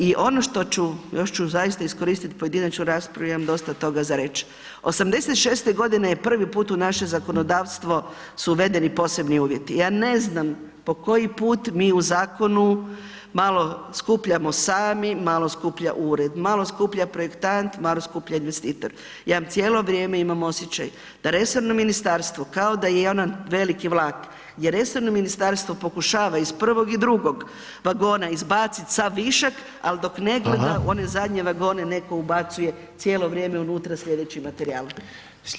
I ono što ću, još ću zaista iskoristiti pojedinačnu raspravu imam dosta toga za reć', '86.-te godine je prvi put u naše zakonodavstvo su uvedeni posebni uvjeti, ja ne znam po koji put mi u Zakonu malo skupljamo sami, malo skuplja Ured, malo skuplja projektant, malo skuplja investitor, ja vam cijelo vrijeme imam osjećaj da resorno Ministarstvo kao da je jedan veliki vlak, gdje resorno Ministarstvo pokušava iz prvog i drugog vagona izbaciti sav višak, ali dok ne gleda u one zadnje vagone netko ubacuje cijelo vrijeme sljedeći materijal.